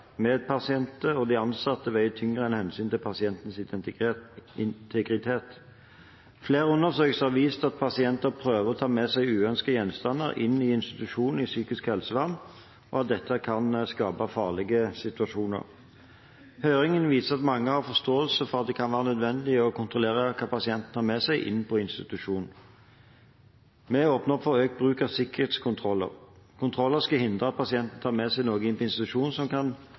og de ansatte veier tyngre enn hensynet til pasientens integritet. Flere undersøkelser har vist at pasienter prøver å ta med seg uønskede gjenstander inn i institusjoner i psykisk helsevern, og at dette kan skape farlige situasjoner. Høringen viser at mange har forståelse for at det kan være nødvendig å kontrollere hva pasienter har med seg inn på en institusjon. Vi åpner for økt bruk av sikkerhetskontroller. Kontrollene skal hindre at pasienter tar med seg noe inn på